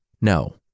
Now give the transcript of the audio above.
No